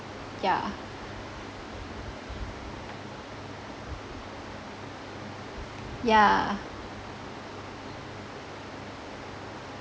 yeah yeah